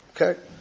Okay